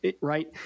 Right